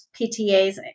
PTAs